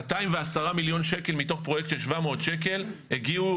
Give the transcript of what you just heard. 210 מיליון שקל מתוך פרויקט של 700 מיליון שקל הגיעו